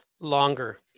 Longer